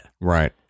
Right